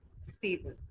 stable